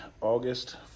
august